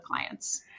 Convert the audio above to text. clients